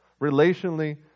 relationally